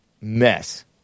mess